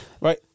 Right